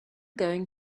going